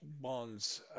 bonds